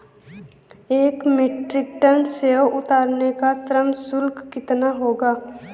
एक metric ton सेव उतारने का श्रम शुल्क कितना होगा?